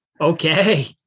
okay